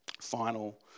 final